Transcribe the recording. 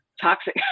toxic